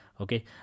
okay